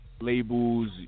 labels